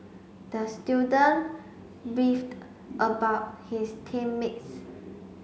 the student beefed about his team mates